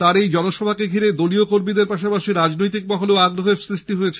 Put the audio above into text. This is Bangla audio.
তার এই জনসভাকে ঘিরে দলীয় কর্মীদের পাশাপাশি রাজনৈতিক মহলেও আগ্রহের সৃষ্টি হয়েছে